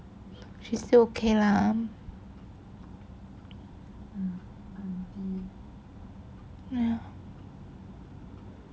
she still okay lah ya